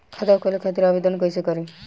खाता खोले खातिर आवेदन कइसे करी?